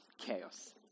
chaos